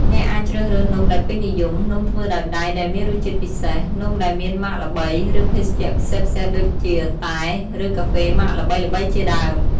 អ្នកអាចជ្រើសរើសនំដែលពេញនិយម នំធ្វើដោយដៃដែលមានរសជាតិពិសេស នំដែលមានម៉ាកល្បី ឬភេសជ្ជៈពិសេសៗដូចជា តែ ឬកាហ្វេម៉ាកល្បីៗជាដើម។